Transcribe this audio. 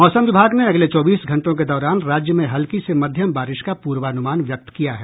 मौसम विभाग ने अगले चौबीस घंटों के दौरान राज्य में हल्की से मध्यम बारिश का पूर्वानुमान व्यक्त किया है